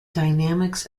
dynamics